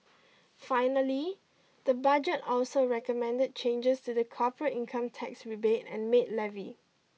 finally the budget also recommended changes to the corporate income tax rebate and maid levy